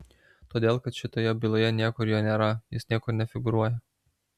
todėl kad šitoje byloje niekur jo nėra jis niekur nefigūruoja